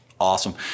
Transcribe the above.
awesome